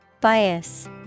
Bias